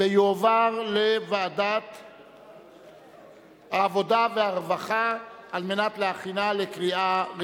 בוועדת העבודה, הרווחה והבריאות נתקבלה.